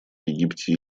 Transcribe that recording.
египте